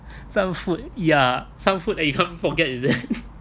some food ya some food that you don't forget is it